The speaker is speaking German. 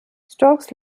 stokes